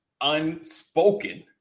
unspoken